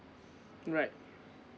alright